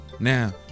Now